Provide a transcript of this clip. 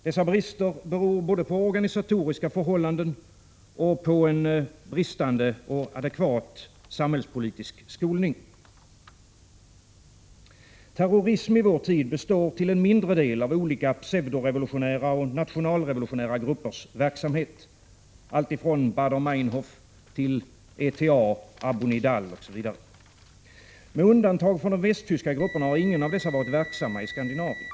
Dessa brister beror både på organisatoriska förhållanden och på en bristande adekvat samhällspolitisk skolning. Terrorism i vår tid består till en mindre del av olika pseudorevolutionära och nationalrevolutionära gruppers verksamhet, från Bader-Meinhof till ETA och Abu Nidal. Med undantag för de västtyska grupperna har ingen av dessa varit verksam i Skandinavien.